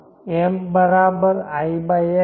m બરાબર i x છે